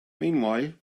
meanwhile